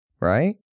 right